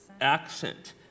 accent